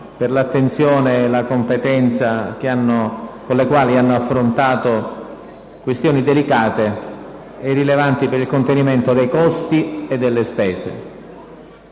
per l'attenzione e la competenza con le quali hanno affrontato questioni delicate e rilevanti per il contenimento dei costi e delle spese.